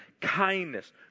kindness